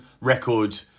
record